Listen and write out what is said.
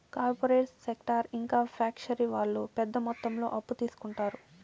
corporate sector ఇంకా factory వాళ్ళు పెద్ద మొత్తంలో అప్పు తీసుకుంటారు